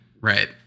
Right